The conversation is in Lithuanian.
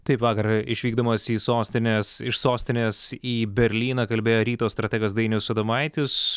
taip vakar išvykdamas į sostinės iš sostinės į berlyną kalbėjo ryto strategas dainius adomaitis